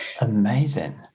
Amazing